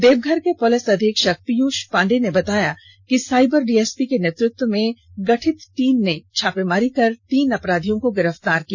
देवघर के पुलिस अधीक्षक पियुष पांडे ने बताया कि साइबर डीएसपी के नेतृत्व में गठित टीम ने छापेमारी कर अपराधियों को गिरफ्तार किया